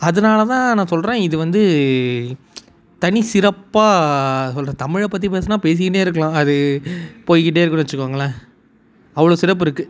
அதனால தான் நான் சொல்கிறேன் இது வந்து தனி சிறப்பாக சொல்கிறேன் தமிழைப் பற்றி பேசுனால் பேசிக்கிட்டே இருக்கலாம் அது போய்க்கிட்டே இருக்குன்னும் வச்சுக்கோங்களேன் அவ்வளோ சிறப்பு இருக்குது